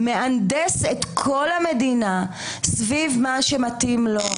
מהנדס את כל המדינה סביב מה שמתאים לו,